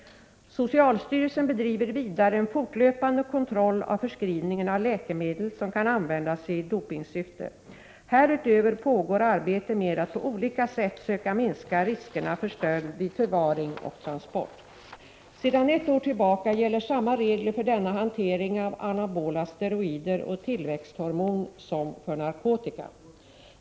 Socialstyrelsen bedriver vidare en fortlöpande kontroll av förskrivningen av läkemedel som kan användas i dopingsyfte. Härutöver pågår arbete med att på olika sätt söka minska riskerna för stöld vid förvaring och transport. Sedan ett år tillbaka gäller samma regler för denna hantering av anabola steroider och tillväxthormon som för narkotika.